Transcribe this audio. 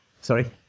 Sorry